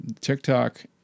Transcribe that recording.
TikTok